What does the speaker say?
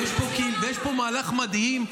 ויש פה מהלך מדהים,